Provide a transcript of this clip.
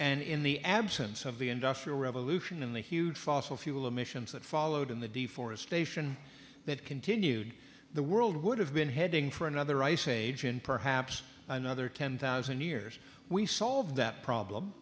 and in the absence of the industrial revolution and the huge fossil fuel emissions that followed and the deforestation that continued the world would have been heading for another ice age in perhaps another ten thousand years we solve that problem